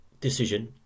decision